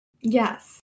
Yes